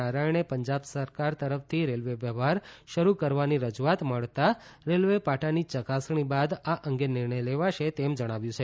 નારાયણે પંજાબ સરકાર તરફથી રેલવે વ્યવહાર શરૂ કરવાની રજૂઆત મળતા રેલવે પાટાની ચકાસણી બાદ આ અંગે નિર્ણય લેવાશે તેમ જણાવ્યું છે